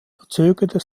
verzögerte